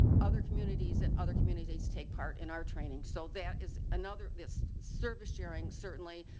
other communities and other communities take part in our training. so that is another, this service jeering certainly,